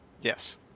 Yes